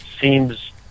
seems